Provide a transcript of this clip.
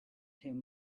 him